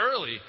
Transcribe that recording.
early